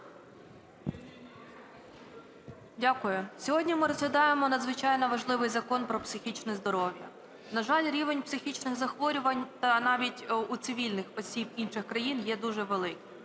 Дякую. Сьогодні ми розглядаємо надзвичайно важливий Закон про психічне здоров'я. На жаль, рівень психічних захворювань та навіть у цивільних осіб інших країн є дуже великий,